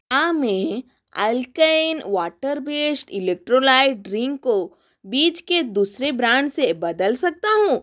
हाँ मैं एलकेन वाटर बेस्ड इलेक्ट्रोलाइट ड्रिंक को बीच के दूसरे ब्रांड से बदल सकता हूँ